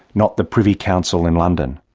not the privy council in london.